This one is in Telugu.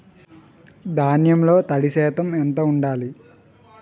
ధాన్యంలో తడి శాతం ఎంత ఉండాలి?